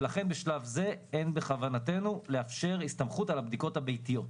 ולכן בשלב זה אין בכוונתנו לאפשר הסתמכות על הבדיקות הביתיות.